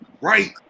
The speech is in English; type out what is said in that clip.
Right